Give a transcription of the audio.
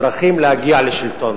דרכים להגיע לשלטון.